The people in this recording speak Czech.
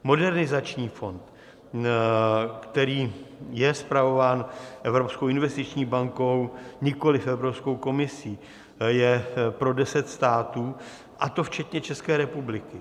Modernizační fond, který je spravován Evropskou investiční bankou, nikoliv Evropskou komisí, je pro deset států, a to včetně České republiky.